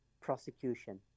prosecution